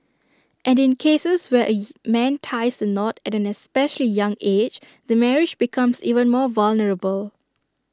and in cases where A man ties the knot at an especially young age the marriage becomes even more vulnerable